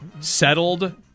settled